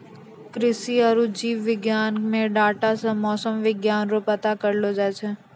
कृषि आरु जीव विज्ञान मे डाटा से मौसम विज्ञान रो पता करलो जाय छै